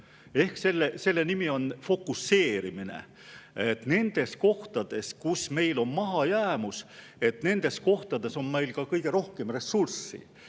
– selle nimi on fokuseerimine –, et nendes kohtades, kus meil on mahajäämus, oleks meil ka kõige rohkem ressurssi.